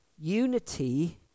Unity